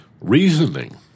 reasoning